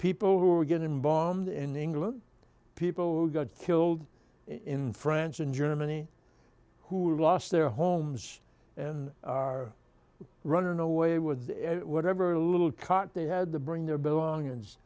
people who are getting bombed in england people who got killed in france and germany who lost their homes and are running away with whatever little cot they had to bring their belongings